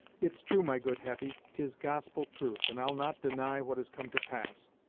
it's true, my good hetty tis gospel truth, and i'll not deny what has come to pass.